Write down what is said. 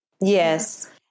Yes